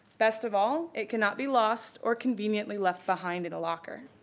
best of all, it cannot be lost or conveniently left behind in a locker.